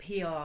PR